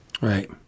right